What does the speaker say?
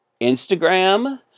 Instagram